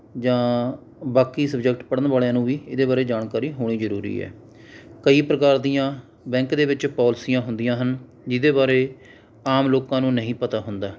ਜਾਂ ਬਾਕੀ ਸਬਜੈਕਟ ਪੜ੍ਹਨ ਵਾਲਿਆਂ ਨੂੰ ਵੀ ਇਹਦੇ ਬਾਰੇ ਜਾਣਕਾਰੀ ਹੋਣੀ ਜ਼ਰੂਰੀ ਹੈ ਕਈ ਪ੍ਰਕਾਰ ਦੀਆਂ ਬੈਂਕ ਦੇ ਵਿੱਚ ਪੋਲਸੀਆਂ ਹੁੰਦੀਆਂ ਹਨ ਜਿਹਦੇ ਬਾਰੇ ਆਮ ਲੋਕਾਂ ਨੂੰ ਨਹੀਂ ਪਤਾ ਹੁੰਦਾ